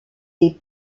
des